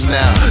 now